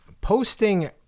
Posting